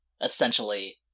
essentially